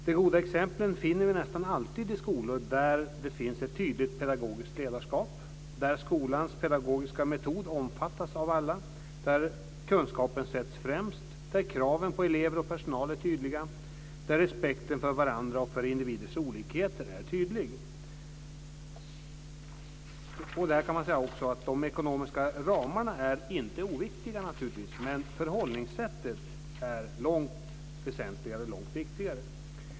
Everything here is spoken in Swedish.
De goda exemplen finner vi nästan alltid i skolor där det finns ett tydligt pedagogiskt ledarskap, där skolans pedagogiska metod omfattas av alla, där kunskapen sätts främst, där kraven på elever och personal är tydliga, där respekten för varandra och för individers olikheter är tydlig. Till detta kan man också säga att de ekonomiska ramarna naturligtvis inte är oviktiga, men förhållningssättet är långt väsentligare och långt viktigare.